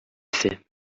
fait